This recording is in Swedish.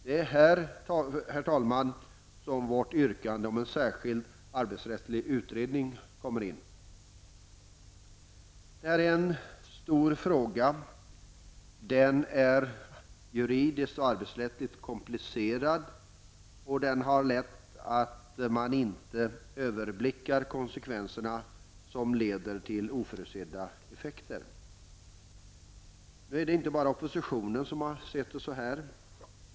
Det är här, herr talman, som vårt yrkande om en särskild arbetsrättslig utredning kommer in. Det här är en stor fråga. Den är juridiskt och arbetsrättsligt komplicerad, och det är lätt att man inte överblickar konsekvenserna utan får oförutsedda effekter. Nu är det inte bara oppositionen som har sett det så.